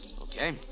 Okay